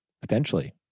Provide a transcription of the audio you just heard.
Potentially